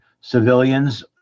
civilians